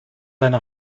seine